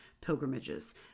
pilgrimages